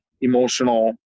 emotional